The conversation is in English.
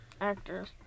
actors